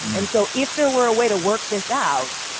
and so if there were a way to work this out,